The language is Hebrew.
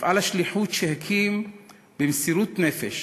מפעל השליחות שהקים במסירות נפש